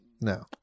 No